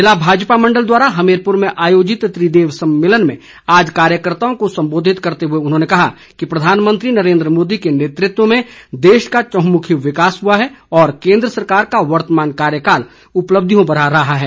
ज़िला भाजपा मंडल द्वारा हमीरपुर में आयोजित त्रिदेव सम्मेलन में आज कार्यकर्त्ताओं को संबोधित करते हुए उन्होंने कहा कि प्रधानमंत्री नरेंद्र मोदी के नेतृत्व में देश का चहुंमुखी विकास हुआ है और केंद्र सरकार का वर्तमान कार्यकाल उपब्धियों भरा रहा है